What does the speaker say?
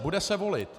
Bude se volit.